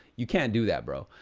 you can't do that, bro.